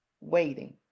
waiting